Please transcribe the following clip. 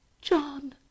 john